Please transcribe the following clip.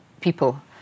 people